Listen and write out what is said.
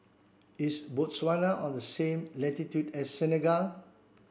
is Botswana on the same latitude as Senegal